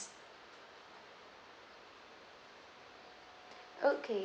okay